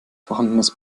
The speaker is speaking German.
vorhandenes